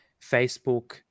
Facebook